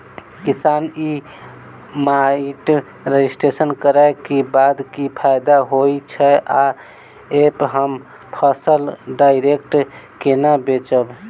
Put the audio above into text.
किसान e mart registration करै केँ बाद की फायदा होइ छै आ ऐप हम फसल डायरेक्ट केना बेचब?